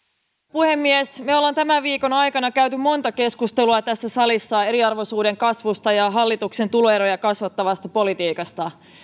puhemies me olemme tämän viikon aikana käyneet monta keskustelua tässä salissa eriarvoisuuden kasvusta ja hallituksen tuloeroja kasvattavasta politiikasta